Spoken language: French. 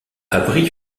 abrite